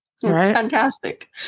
fantastic